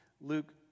Luke